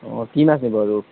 অঁ কি মাছ নিব আৰু